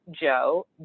Joe